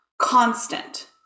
constant